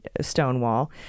stonewall